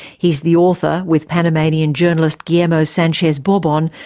he is the author, with panamanian journalist guillermo sanchez borbon,